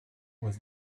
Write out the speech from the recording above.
was